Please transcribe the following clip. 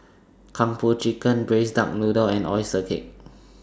Kung Po Chicken Braised Duck Noodle and Oyster Cake